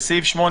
סעיף 8,